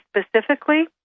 specifically